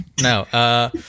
No